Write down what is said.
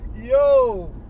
Yo